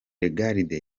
lagarde